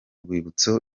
rwibutso